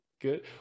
good